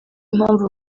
impamvu